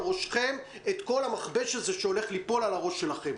ראשכם את כל המכבש הזה שהולך ליפול על הראש שלכם.